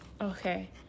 okay